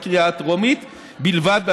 בקריאה הטרומית בלבד,